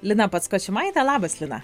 lina patskočimaitė labas lina